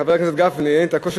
חבר הכנסת גפני, אין לי את הכושר